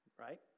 right